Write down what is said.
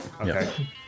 Okay